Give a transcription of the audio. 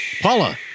Paula